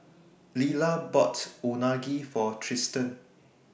Lilah bought Unagi For Tristen